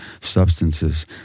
substances